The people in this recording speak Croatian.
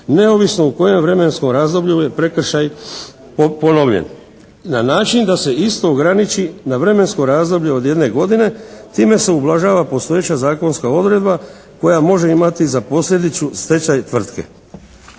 neovisno u kojem vremenskom razdoblju je prekršaj ponovljen na način da se isto ograniči na vremensko razdoblje od jedne godine. Time se ublažava postojeća zakonska odredba koja može imati za posljedicu stečaj tvrtke.